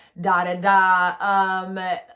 da-da-da